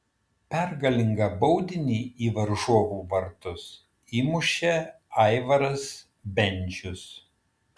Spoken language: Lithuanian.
pergalingą baudinį į varžovų vartus įmušė aivaras bendžius